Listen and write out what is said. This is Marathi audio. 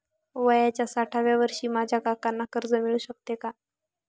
वयाच्या साठाव्या वर्षी माझ्या काकांना कर्ज मिळू शकतो का?